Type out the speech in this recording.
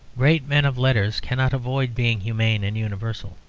great men of letters cannot avoid being humane and universal.